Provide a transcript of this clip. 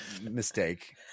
mistake